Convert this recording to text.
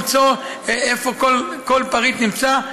למצוא איפה כל פריט נמצא,